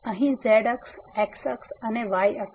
તેથી અહીં z અક્ષ x અક્ષ અને y અક્ષ